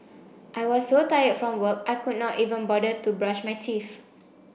I was so tired from work I could not even bother to brush my teeth